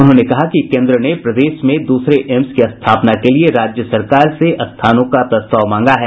उन्होंने कहा कि केन्द्र ने प्रदेश में दूसरे एम्स की स्थापना के लिए राज्य सरकार से स्थानों का प्रस्ताव मांगा है